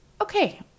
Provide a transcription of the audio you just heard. Okay